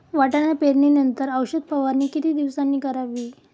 वाटाणा पेरणी नंतर औषध फवारणी किती दिवसांनी करावी?